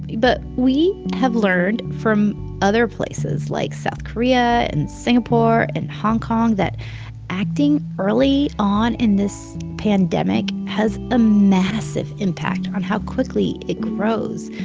but we have learned from other places like south korea and singapore and hong kong that acting early on in this pandemic has a massive impact on how quickly it grows.